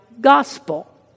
gospel